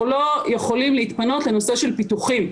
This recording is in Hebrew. לא יכולים להתפנות לנושא של פיתוחים.